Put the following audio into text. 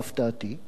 להפתעתי,